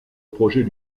projet